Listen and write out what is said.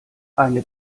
eine